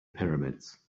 pyramids